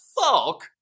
fuck